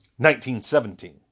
1917